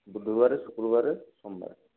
ବୁଧବାରେ ଶୁକ୍ରବାରେ ସୋମବାରେ